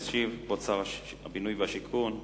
ישיב כבוד שר הבינוי והשיכון,